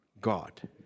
God